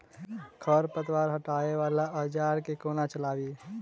खरपतवार हटावय वला औजार केँ कोना चलाबी?